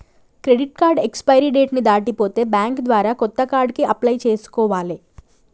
credit card expiry date ని దాటిపోతే bank ద్వారా కొత్త కార్డుకి అప్లై చేసుకోవాలే